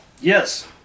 Yes